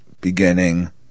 beginning